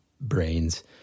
brains